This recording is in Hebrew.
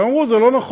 הם אמרו: זה לא נכון,